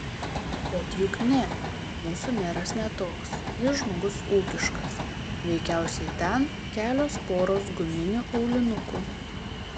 bet juk ne mūsų meras ne toks jis žmogus ūkiškas veikiausiai ten kelios poros guminių aulinukų